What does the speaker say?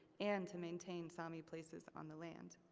and to maintain sami places on the land.